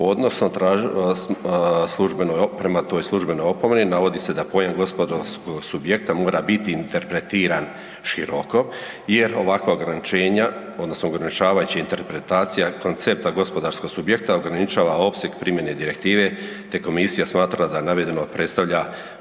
prema toj službenoj opomeni navodi se da pojam gospodarskog subjekta mora biti interpretiran široko jer ovakva ograničenja, odnosno ograničavajuća interpretacija koncepta gospodarskog subjekta ograničava opseg primjene Direktive te Komisija smatra da navedeno predstavlja